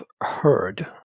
heard